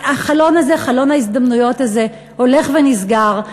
חלון ההזדמנויות הזה הולך ונסגר,